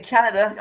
Canada